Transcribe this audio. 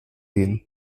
gehen